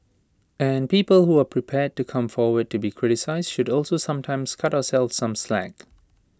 and people who are prepared to come forward to be criticised should also sometimes cut ourselves some slack